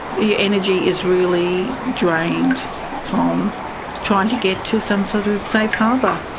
your energy is really drained from trying to get to some sort of safe harbour.